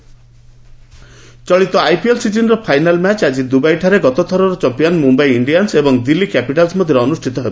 IPL ଚଳିତ IPL ସିଜିନ୍ର final match ଆଜି ଦୁବାଇଠାରେ ଗତଥରର ଚମ୍ପିଆନ ମୁମ୍ବାଇ ଇଣ୍ଡିଆନ୍ନ ଏବଂ ଦିଲ୍ଲୀ କ୍ୟାପିଟାଲ୍ସ ମଧ୍ୟରେ ଅନୁଷ୍ଠିତ ହେବ